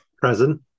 Present